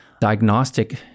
diagnostic